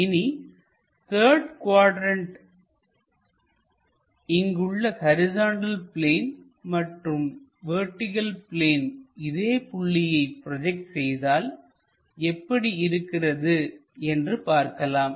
இனி த்தர்டு குவாட்ரண்ட்டில் இங்குள்ள ஹரிசாண்டல் பிளேன் மற்றும் வெர்டிகள் பிளேன் இதே புள்ளியை ப்ராஜெக்ட் செய்தால் எப்படி இருக்கிறது என்று பார்க்கலாம்